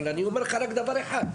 אבל אני אומר לך רק דבר אחד,